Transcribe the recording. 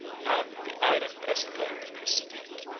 and the iron breastplate of his steed